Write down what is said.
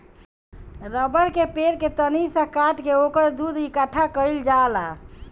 रबड़ के पेड़ के तनी सा काट के ओकर दूध इकट्ठा कइल जाला